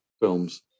films